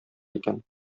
икән